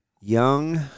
Young –